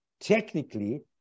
technically